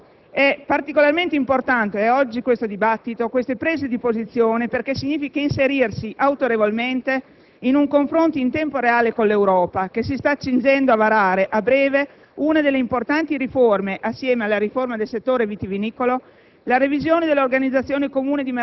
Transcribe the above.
Alla luce di questo quadro, è particolarmente importante oggi questo dibattito, queste prese di posizione, perché significa inserirsi autorevolmente in un confronto in tempo reale con l'Europa, che si sta accingendo a varare a breve una delle importanti riforme (assieme alla riforma del settore vitivinicolo):